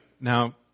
Now